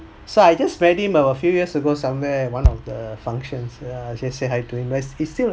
so I just met him a few years ago somewhere one of the functions yeah just say hi to him as he still